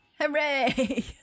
Hooray